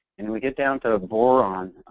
and we get down to boron.